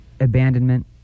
Abandonment